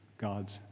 God's